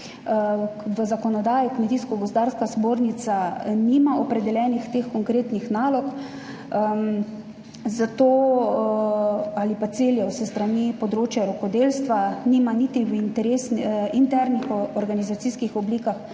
V zakonodaji Kmetijsko gozdarska zbornica nima opredeljenih teh konkretnih nalog, ali pa ciljev s strani področja rokodelstva, nima niti v interesu internih organizacijskih oblikah